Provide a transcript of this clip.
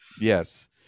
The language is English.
Yes